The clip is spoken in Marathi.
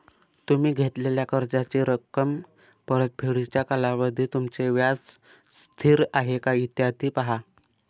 तुम्ही घेतलेल्या कर्जाची रक्कम, परतफेडीचा कालावधी, तुमचे व्याज स्थिर आहे का, इत्यादी पहा